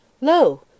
Lo